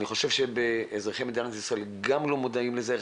אני חושב שאזרחי מדינת ישראל גם לא מודעים לזה.